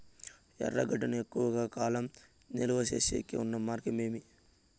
ఎర్రగడ్డ ను ఎక్కువగా కాలం నిలువ సేసేకి ఉన్న మార్గం ఏమి?